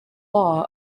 law